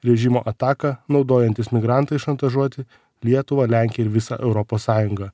režimo ataką naudojantis migrantais šantažuoti lietuvą lenkiją ir visa europos sąjungą